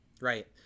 Right